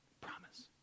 promise